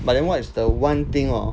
but then what is the one thing orh